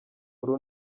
uru